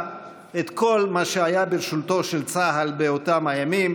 את כל מה שהיה ברשותו של צה"ל באותם הימים.